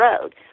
road